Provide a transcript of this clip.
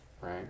Right